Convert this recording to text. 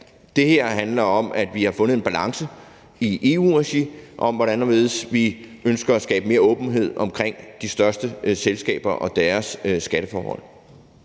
Det her handler om, at vi har fundet en balance i EU-regi for, hvordan og hvorledes vi ønsker at skabe mere åbenhed omkring de største selskaber og deres skatteforhold.